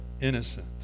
innocent